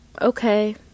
okay